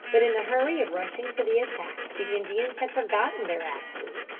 but in the hurry of rushing to the attack the indians had forgotten their axes,